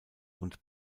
und